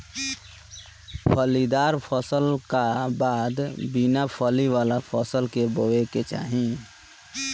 फलीदार फसल का बाद बिना फली वाला फसल के बोए के चाही